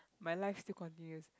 my life still continues